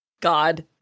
God